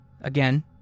again